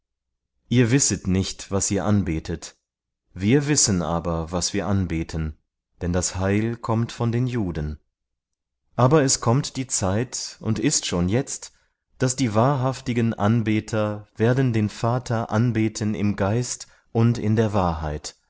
ihr wisset nicht was ihr anbetet wir wissen aber was wir anbeten denn das heil kommt von den juden aber es kommt die zeit und ist schon jetzt daß die wahrhaftigen anbeter werden den vater anbeten im geist und in der wahrheit